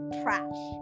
trash